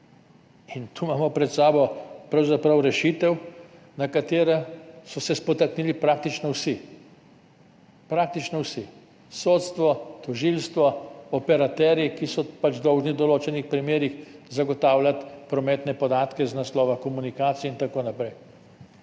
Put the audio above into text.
In tu imamo pred sabo pravzaprav rešitev, ob katero so se spotaknili praktično vsi. Praktično vsi – sodstvo, tožilstvo, operaterji, ki so dolžni v določenih primerih zagotavljati prometne podatke iz naslova komunikacije, in tako naprej.